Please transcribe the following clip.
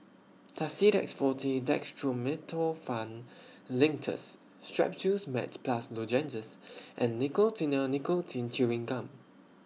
Tussidex Forte Dextromethorphan Linctus Strepsils Max Plus Lozenges and Nicotinell Nicotine Chewing Gum